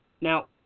Now